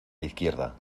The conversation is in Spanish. izquierda